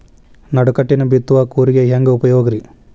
ನಡುಕಟ್ಟಿನ ಬಿತ್ತುವ ಕೂರಿಗೆ ಹೆಂಗ್ ಉಪಯೋಗ ರಿ?